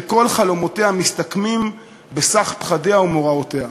שכל חלומותיה מסתכמים בסך פחדיה ומוראותיה.